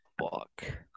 Fuck